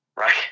right